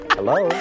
Hello